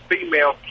female